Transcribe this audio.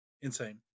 Insane